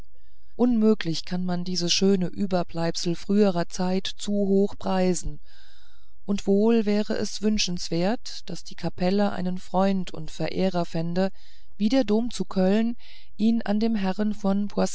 unmöglich kann man dieses schöne überbleibsel früherer zeit zu hoch preisen und wohl wäre es wünschenswert daß die kapelle einen freund und verehrer fände wie der dom von köln ihn an dem herrn von